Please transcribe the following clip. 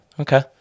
okay